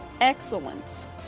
Excellent